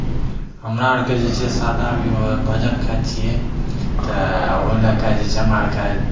हमरा आरके जे छै सादा अभी भोजन खाइ छियै तऽ ओहि लऽ कऽ जे छै हमरा आरके